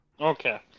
Okay